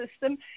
system